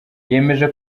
yemeje